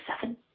seven